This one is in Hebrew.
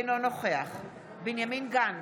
אינו נוכח בנימין גנץ,